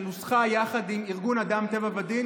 שנוסחה יחד עם ארגון אדם טבע ודין,